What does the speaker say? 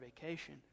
vacation